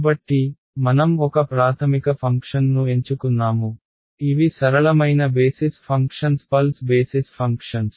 కాబట్టి మనం ఒక ప్రాథమిక ఫంక్షన్ను ఎంచుకున్నాము ఇవి సరళమైన basis functions pulse basis functions